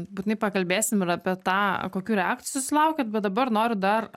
būtinai pakalbėsim ir apie tą kokių reakcijų sulaukėt bet dabar noriu dar